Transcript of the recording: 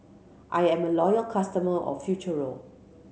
I'm a loyal customer of Futuro